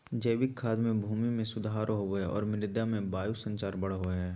जैविक खाद से भूमि में सुधार होवो हइ और मृदा में वायु संचार बढ़ो हइ